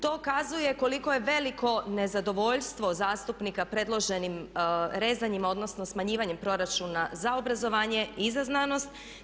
To ukazuje koliko je veliko nezadovoljstvo zastupnika predloženim rezanjima odnosno smanjivanjem proračuna za obrazovanje i za znanost.